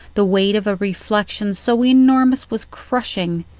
the weight of a reflectipn so enormous was crushing,